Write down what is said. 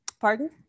Pardon